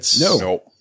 No